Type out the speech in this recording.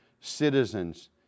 citizens